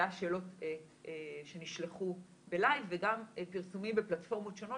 אלה היו שאלות שנשלחו בלייב וגם פרסומים בפלטפורמות שונות